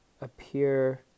appear